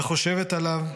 / וחושבת עליו,